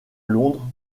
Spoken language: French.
londres